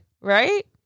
right